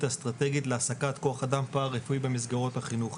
אסטרטגית להעסקת כוח אדם פרא רפואי במסגרות החינוך.